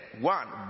one